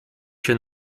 się